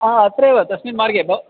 अहम् अत्रैव तस्मिन् मार्गे भवामि